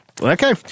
okay